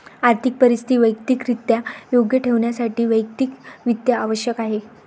आर्थिक परिस्थिती वैयक्तिकरित्या योग्य ठेवण्यासाठी वैयक्तिक वित्त आवश्यक आहे